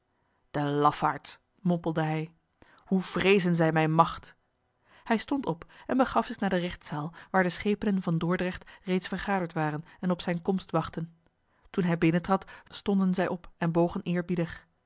de lafaards mompelde hij hoe vreezen zij mijne macht hij stond op en begaf zich naar de rechtzaal waar de schepenen van dordrecht reeds vergaderd waren en op zijne komst wachtten toen hij binnentrad stonden zij op en